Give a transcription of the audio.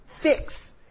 Fix